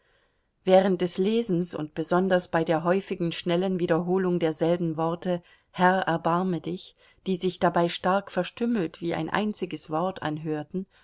während des lesens und besonders bei der häufigen schnellen wiederholung derselben worte herr erbarme dich die sich dabei stark verstümmelt wie ein einziges wort anhörten